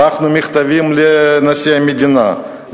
שלחנו מכתבים לנשיא המדינה,